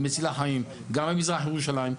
היא מצילה חיים גם במזרח ירושלים,